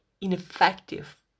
ineffective